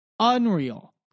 Unreal